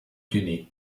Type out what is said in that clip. guinea